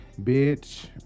Bitch